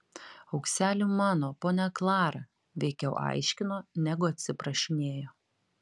aukseli mano ponia klara veikiau aiškino negu atsiprašinėjo